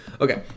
Okay